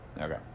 Okay